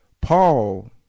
Paul